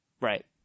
Right